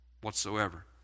whatsoever